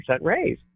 raise